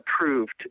approved